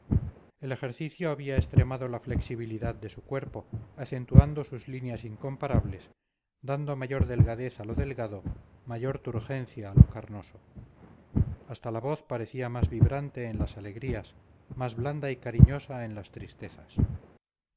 el ejercicio había extremado la flexibilidad de su cuerpo acentuando sus líneas incomparables dando mayor delgadez a lo delgado mayor turgencia a lo carnoso hasta la voz parecía más vibrante en las alegrías más blanda y cariñosa en las tristezas